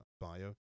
bio